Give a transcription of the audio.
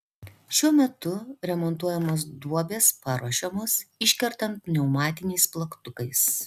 šiuo metu remontuojamos duobės paruošiamos iškertant pneumatiniais plaktukais